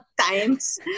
times